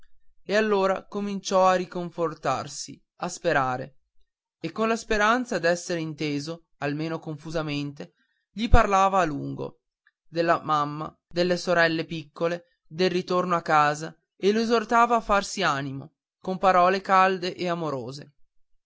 e allora cominciò a riconfortarsi a sperare e con la speranza d'essere inteso almeno confusamente gli parlava gli parlava a lungo della mamma delle sorelle piccole del ritorno a casa e lo esortava a farsi animo con parole calde e amorose